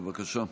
בבקשה.